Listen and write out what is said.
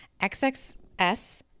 XXS